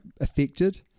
affected